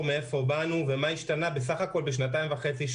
מאיפה באנו ומה השתנה בסך הכול בשנתיים וחצי,